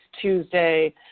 Tuesday